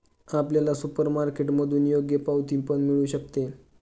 आपल्याला सुपरमार्केटमधून योग्य पावती पण मिळू शकते